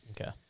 Okay